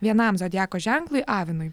vienam zodiako ženklui avinui